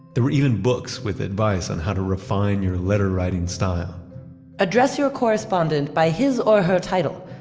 there were even books with advice on how to refine your letter writing style address your correspondent by his or her title,